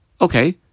Okay